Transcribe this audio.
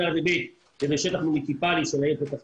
סירקין א' ו-ב' הם בשטח מוניציפאלי של העיר פתח תקווה.